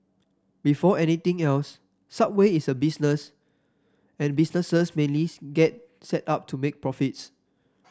before anything else Subway is a business and businesses mainly get set up to make profits